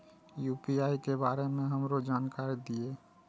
UPI के बारे में हमरो जानकारी दीय?